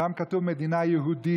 כתוב "מדינה יהודית",